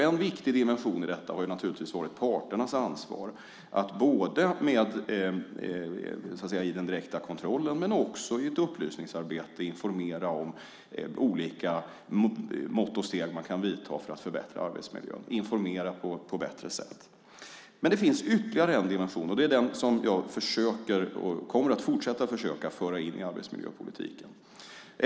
En viktig dimension i detta har varit parternas ansvar att i den direkta kontrollen och också i ett upplysningsarbete informera om olika mått och steg man kan vidta för att förbättra arbetsmiljön. Det handlar om att informera på ett bättre sätt. Men det finns ytterligare en dimension som jag kommer att fortsätta att försöka föra in i arbetsmiljöpolitiken.